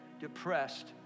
depressed